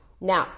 Now